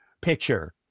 picture